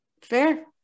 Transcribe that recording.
Fair